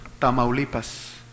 Tamaulipas